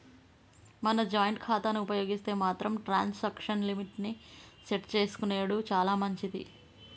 మనం జాయింట్ ఖాతాను ఉపయోగిస్తే మాత్రం ట్రాన్సాక్షన్ లిమిట్ ని సెట్ చేసుకునెడు చాలా మంచిది